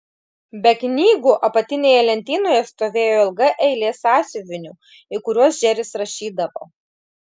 be knygų apatinėje lentynoje stovėjo ilga eilė sąsiuvinių į kuriuos džeris rašydavo